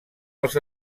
els